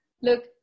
Look